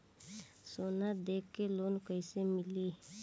सोना दे के लोन कैसे मिली?